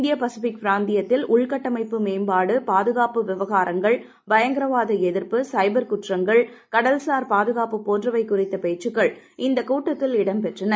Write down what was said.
இந்திய பசிபிக் பிராந்தியத்தில் உள்கட்டமைப்பு மேம்பாடு பாதுகாப்பு விவகாரங்கள் பயங்கரவாத எதிர்ப்பு சைபர் குற்றங்கள் கடல் சார் பாதுகாப்பு போன்றவை குறித்த பேச்சுக்கள் இந்தக் கூட்டத்தில் இடம் பெற்றன